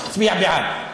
הצביע בעד.